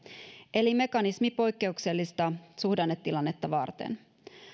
eli mekanismi poikkeuksellista suhdannetilannetta varten